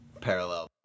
parallel